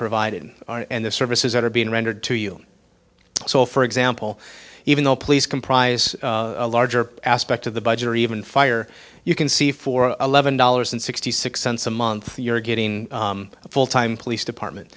provided and the services that are being rendered to you so for example even though police comprise a larger aspect of the budget or even fire you can see for eleven dollars and sixty six cents a month you're getting a full time police department